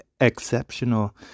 exceptional